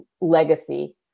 legacy